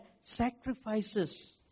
sacrifices